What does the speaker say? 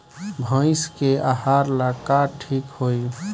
भइस के आहार ला का ठिक होई?